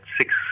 six